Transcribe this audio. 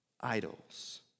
idols